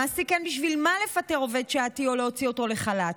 למעסיק אין בשביל מה לפטר עובד שעתי או להוציא אותו לחל"ת,